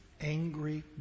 angry